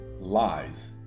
lies